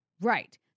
Right